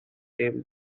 team